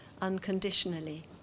unconditionally